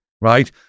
right